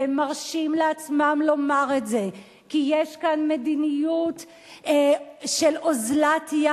והם מרשים לעצמם לומר את זה כי יש כאן מדיניות של אוזלת-יד,